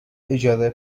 اجاره